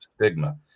stigma